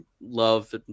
love